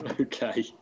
Okay